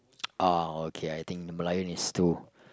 oh okay I think the Merlion is too